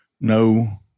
No